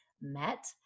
met